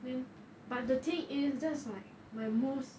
then but the thing is that is like my most